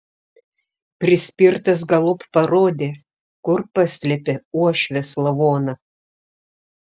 prispirtas galop parodė kur paslėpė uošvės lavoną